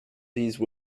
these